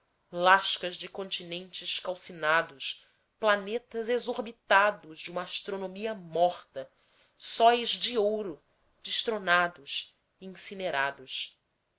lascas de continentes calcinados planetas exorbitados de uma astronomia morta sóis de ouro destronados e incinerados